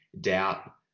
doubt